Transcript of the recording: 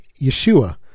Yeshua